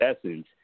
essence